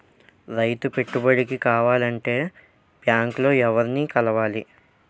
రైతు పెట్టుబడికి కావాలంటే బ్యాంక్ లో ఎవరిని కలవాలి?